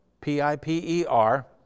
P-I-P-E-R